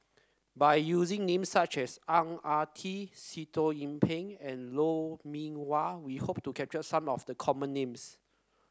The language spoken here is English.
by using names such as Ang Ah Tee Sitoh Yih Pin and Lou Mee Wah we hope to capture some of the common names